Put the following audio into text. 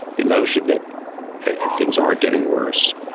the notion that things aren't getting worse,